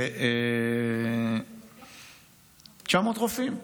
900 רופאים,